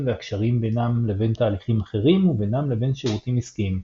והקשרים בינם לבין תהליכים אחרים ובינם לבין שירותים עסקיים.